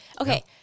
Okay